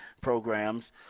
programs